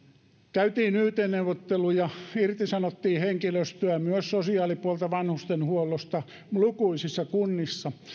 käytiin yt neuvotteluja irtisanottiin henkilöstöä myös sosiaalipuolelta vanhustenhuollosta lukuisissa kunnissa